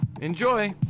Enjoy